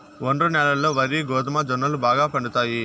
ఒండ్రు న్యాలల్లో వరి, గోధుమ, జొన్నలు బాగా పండుతాయి